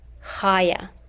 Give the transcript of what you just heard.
higher